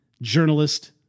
journalist